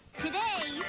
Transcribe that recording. today,